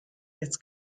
its